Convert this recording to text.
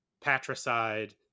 Patricide